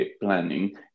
planning